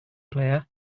player